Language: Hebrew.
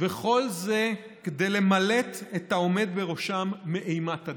וכל זה כדי למלט את העומד בראשם מאימת הדין.